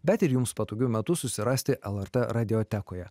bet ir jums patogiu metu susirasti lrt radiotekoje